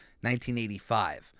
1985